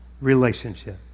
relationship